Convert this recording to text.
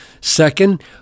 Second